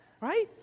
right